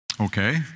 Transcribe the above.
Okay